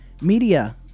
Media